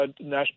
national